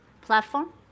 platform